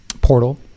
portal